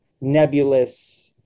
nebulous